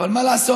אבל מה לעשות,